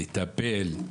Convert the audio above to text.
לטפל.